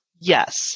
Yes